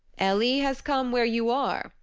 ellie has come where you are,